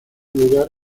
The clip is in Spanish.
lugar